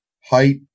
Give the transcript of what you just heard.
Height